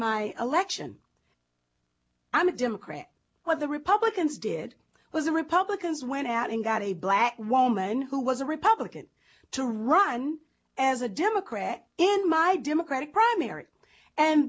my election i'm a democrat what the republicans did was republicans went out and got a black woman who was a republican to run as a democrat in my democratic primary and